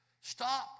Stop